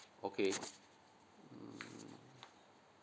okay mm